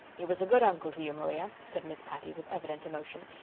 he was a good uncle to you, maria, said miss patty, with evident emotion.